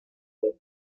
wave